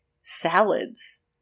salads